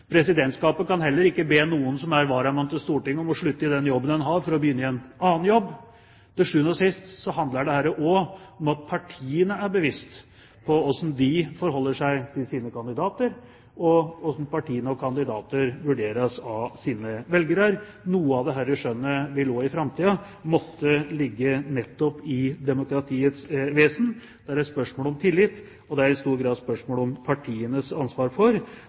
Presidentskapet kan heller ikke be en som er varamann til Stortinget, om å slutte i den jobben vedkommende har, for å begynne i en annen jobb. Til syvende og sist handler dette også om at partiene er seg bevisst hvordan de forholder seg til sine kandidater, og hvordan partier og kandidater vurderes av sine velgere. Noe av dette skjønnet vil også i framtiden måtte ligge nettopp i demokratiets vesen. Det er et spørsmål om tillit, og det er i stor grad et spørsmål om partienes ansvar for